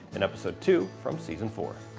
and episode two from season four.